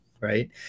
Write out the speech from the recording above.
right